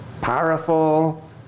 powerful